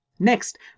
Next